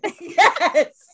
Yes